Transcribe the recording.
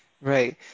Right